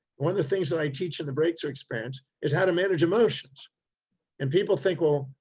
one of the things that i teach in the breakthrough experience is how to manage emotions and people think, well,